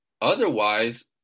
Otherwise